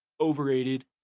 overrated